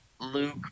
luke